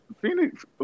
Phoenix